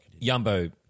Yumbo